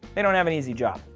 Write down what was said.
they don't have an easy job!